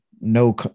no